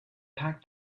packed